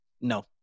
No